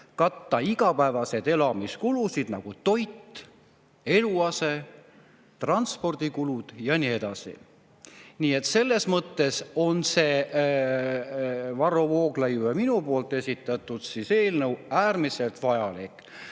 katta igapäevaseid elamiskulusid, nagu toidu-, eluaseme-, transpordikulusid ja nii edasi. Nii et selles mõttes on see Varro Vooglaiu ja minu esitatud eelnõu äärmiselt vajalik.